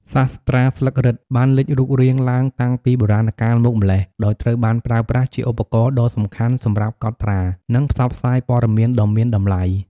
សាស្រ្តាស្លឹករឹតបានលេចរូបរាងឡើងតាំងពីបុរាណកាលមកម្ល៉េះ ដោយត្រូវបានប្រើប្រាស់ជាឧបករណ៍ដ៏សំខាន់សម្រាប់កត់ត្រា និងផ្សព្វផ្សាយព័ត៌មានដ៏មានតម្លៃ។